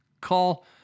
call